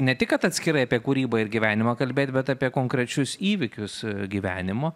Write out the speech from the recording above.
ne tik kad atskirai apie kūrybą ir gyvenimą kalbėt bet apie konkrečius įvykius gyvenimo